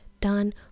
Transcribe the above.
done